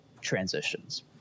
transitions